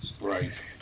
Right